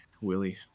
Willie